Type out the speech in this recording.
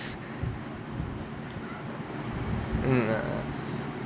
mm